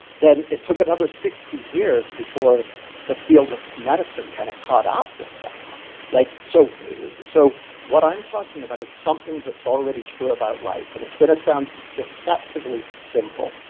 then, it took another sixty years before the field of medicine kind of caught up with that like so so what i'm talking about is something that's already true about life. and it's going to sound deceptively simple,